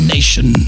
Nation